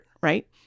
Right